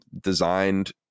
designed